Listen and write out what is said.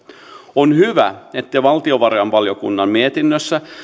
on hyvä että valtiovarainvaliokunnan mietinnössä